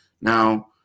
Now